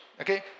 okay